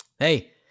Hey